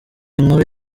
inkuru